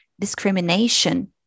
discrimination